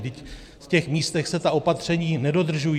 V těch místech se ta opatření nedodržují.